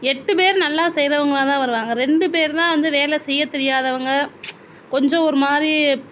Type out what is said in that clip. எட்டு பேர் நல்லா செய்கிறவங்கள தான் வருவாங்க ரெண்டு பேர்தான் வந்து வேலை செய்ய தெரியாதவங்க கொஞ்சம் ஒரு மாதிரி